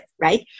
right